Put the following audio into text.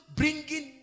bringing